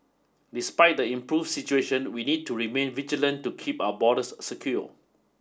despite the improve situation we need to remain vigilant to keep our borders secure